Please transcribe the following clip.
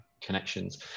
connections